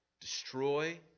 destroy